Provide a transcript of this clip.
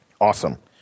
Awesome